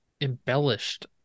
embellished